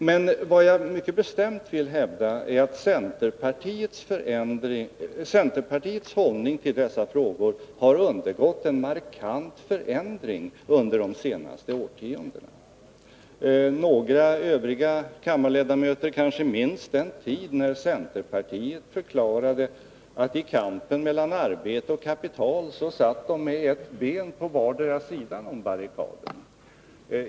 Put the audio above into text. Men jag vill bestämt hävda att centerpartiets hållning till dessa frågor har undergått en markant förändring under de senaste årtiondena. Några övriga kammarledamöter kanske minns den tid när centerpartisterna förklarade att de i kampen mellan arbete och kapital satt med ett ben på vardera sidan om barrikaden.